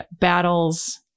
battles